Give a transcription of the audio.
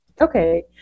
Okay